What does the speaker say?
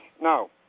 No